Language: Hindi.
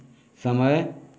समय